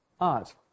Art